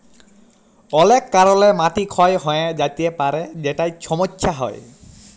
অলেক কারলে মাটি ক্ষয় হঁয়ে য্যাতে পারে যেটায় ছমচ্ছা হ্যয়